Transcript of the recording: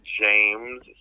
James